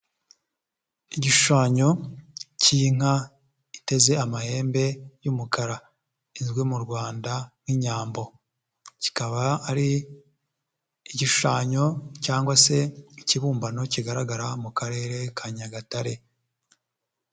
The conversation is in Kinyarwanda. Igishushanyo cy'inka iteze amahembe y'umukara, izwi mu Rwanda nk'Inyambo, kikaba ari igishushanyo cyangwa se ikibumbano kigaragara mu karere ka Nyagatare.